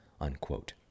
unquote